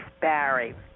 Barry